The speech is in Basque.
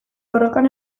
borrokan